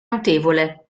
notevole